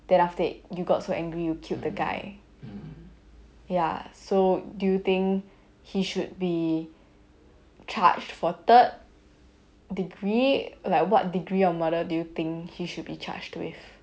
then after that you got so angry you killed the guy ya so do you think he should be charged for third degree like what degree of murder do you think he should be charged with